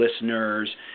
listeners